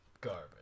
Garbage